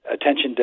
attention